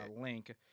link